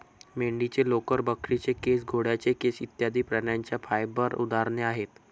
मेंढीचे लोकर, बकरीचे केस, घोड्याचे केस इत्यादि प्राण्यांच्या फाइबर उदाहरणे आहेत